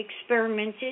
experimented